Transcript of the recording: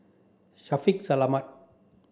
Shaffiq Selamat